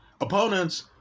opponents